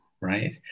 right